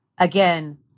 Again